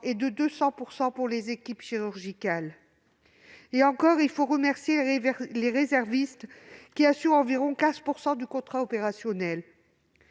et de 200 % pour les équipes chirurgicales ; et encore, il faut remercier les réservistes, qui assurent environ 15 % du contrat opérationnel.